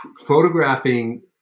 photographing